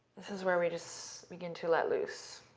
this is where we just begin to let loose.